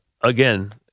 again